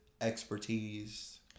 expertise